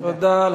תודה.